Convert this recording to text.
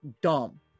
dumb